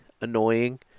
annoying